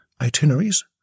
itineraries